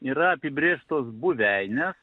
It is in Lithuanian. yra apibrėžtos buveinės